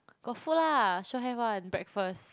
got food lah sure have [one] breakfast